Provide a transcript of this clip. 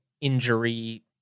injury